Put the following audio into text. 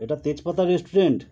এটা তেজপাতা রেস্টুরেন্ট